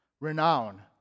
renown